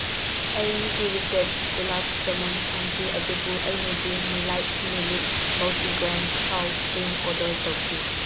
ꯑꯩ ꯍꯦꯔꯤꯇꯦꯁ ꯒꯨꯂꯥꯞ ꯖꯃꯨꯟ ꯐꯪꯈꯤ ꯑꯗꯨꯕꯨ ꯑꯩꯅꯗꯤ ꯃꯤꯂꯥꯏꯠ ꯃꯤꯂꯤꯠ ꯃꯜꯇꯤꯒ꯭ꯔꯦꯟ ꯍꯦꯜꯠ ꯗ꯭ꯔꯤꯡ ꯑꯣꯔꯗꯔ ꯇꯧꯈꯤ